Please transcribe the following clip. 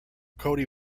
cody